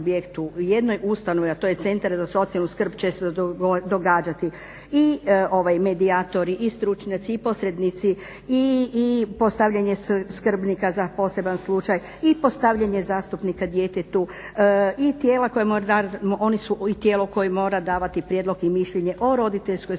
jednoj ustanovi, a to je Centar za socijalnu skrb često događati. I medijatori i stručnjaci i posrednici i postavljanje skrbnika za poseban slučaj, i postavljanje zastupnika djetetu i tijela, oni su i tijelo koje mora davati prijedlog i mišljenje o roditeljskoj skrbi